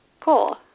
Cool